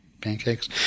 Pancakes